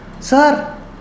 Sir